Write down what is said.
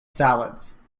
salads